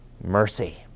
mercy